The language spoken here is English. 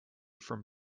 from